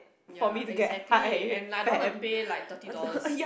ya exactly and I don't wanna pay like thirty dollars